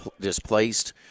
displaced